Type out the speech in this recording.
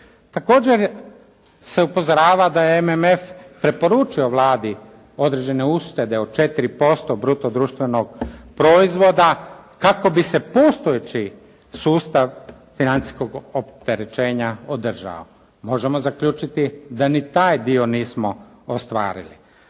Također se upozorava da je MMF preporučio Vladi određene uštede od 4% bruto društvenog proizvoda kako bi se postojeći sustav financijskog opterećenja održavao. Možemo zaključiti da ni taj dio nismo ostvarili.